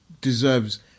deserves